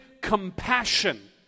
compassion